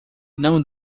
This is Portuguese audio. não